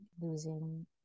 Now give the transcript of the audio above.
losing